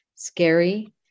Scary